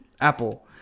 Apple